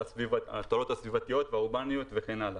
ההשלכות הסביבתיות והאורבניות וכן הלאה.